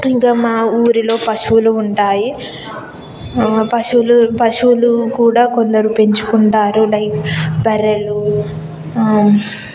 ఇంకా మా ఊరిలో పశువులు ఉంటాయి పశువులు పశువులు కూడా కొందరు పెంచుకుంటారు లైక్ బర్రెలు